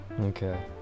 Okay